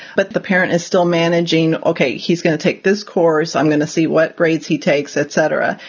but the parent is still managing. ok, he's going to take this course. i'm going to see what grades he takes, etc.